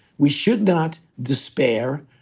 we should not despair,